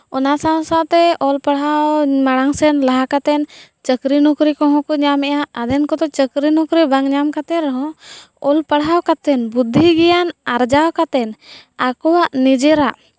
ᱚᱱᱟ ᱥᱟᱶ ᱥᱟᱶ ᱛᱮ ᱚᱞ ᱯᱟᱲᱦᱟᱣ ᱢᱟᱲᱟᱝ ᱥᱮᱱ ᱞᱟᱦᱟ ᱠᱟᱛᱮᱫ ᱪᱟᱹᱠᱨᱤ ᱱᱩᱠᱨᱤ ᱠᱚᱦᱚᱸ ᱠᱚ ᱧᱟᱢᱮᱜᱼᱟ ᱟᱫᱷᱮᱱ ᱠᱚᱫᱚ ᱪᱟᱹᱠᱨᱤ ᱱᱩᱠᱨᱤ ᱵᱟᱝ ᱧᱟᱢ ᱠᱟᱛᱮᱫ ᱨᱮᱦᱚᱸ ᱚᱞ ᱯᱟᱲᱦᱟᱣ ᱠᱟᱛᱮᱱ ᱵᱩᱫᱽᱫᱷᱤ ᱜᱮᱭᱟᱱ ᱟᱨᱡᱟᱣ ᱠᱟᱛᱮᱱ ᱟᱠᱚᱣᱟᱜ ᱱᱤᱡᱮᱨᱟᱜ